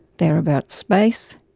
they are about space,